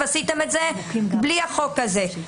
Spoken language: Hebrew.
עשיתם את זה בלי החוק הזה.